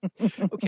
Okay